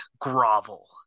grovel